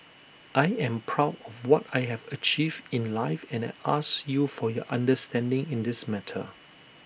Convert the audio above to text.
I am proud of what I have achieved in life and I ask you for your understanding in this matter